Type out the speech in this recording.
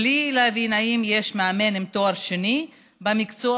בלי להבין אם יש מאמן עם תואר שני במקצוע